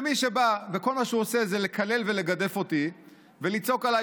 ומי שבא וכל מה שהוא עושה זה לקלל ולגדף אותי ולצעוק עליי